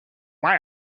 why